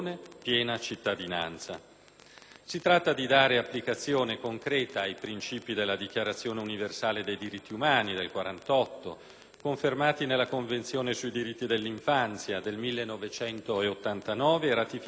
Si tratta di dare applicazione concreta ai princìpi della Dichiarazione universale dei diritti umani del 1948, confermati nella Convenzione sui diritti dell'infanzia del 1989, ratificata dall'Italia nel 1991,